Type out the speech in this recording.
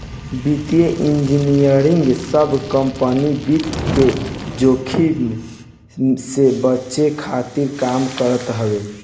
वित्तीय इंजनियरिंग सब कंपनी वित्त के जोखिम से बचे खातिर काम करत हवे